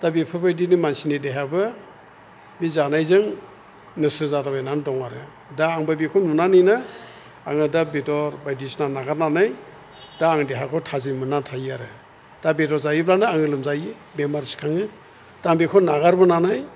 दा बेफोरबायदिनि मानसिनि देहायावबो बे जानायजों नस्थ' जालाबायनानै दं आरो दा आंबो बेखौ नुनानो आङो दा बेदर बायदिसिना नागारनानै दा आं देहाखौ थाजिम मोननानै थायो आरो दा बेदर जायोबानो आङो लोमजायो बेमार सिखाङो दा बेखौ नागारबोनानै